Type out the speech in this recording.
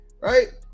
right